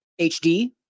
hd